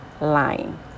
lying